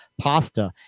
pasta